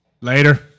Later